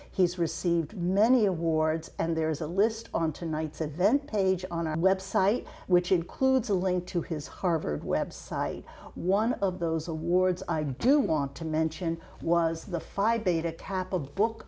he's received many awards and there is a list on tonight's event page on our website which includes a link to his harvard website one of those awards i do want to mention was the five beta kappa of book